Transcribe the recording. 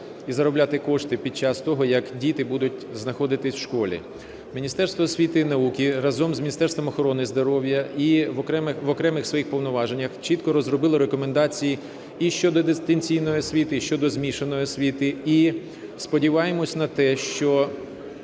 і заробляти кошти під час того, як діти будуть знаходитись у школі. Міністерство освіти і науки разом з Міністерством охорони здоров'я і в окремих своїх повноваженнях чітко розробили рекомендації і щодо дистанційної освіти, і щодо змішаної освіти. І сподіваємося на те, що